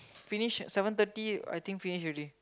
finish seven thirty I think finish already